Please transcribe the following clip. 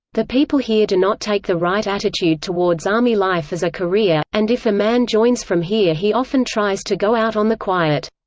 the people here do not take the right attitude towards army life as a career, and if a man joins from here he often tries to go out on the quiet.